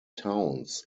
towns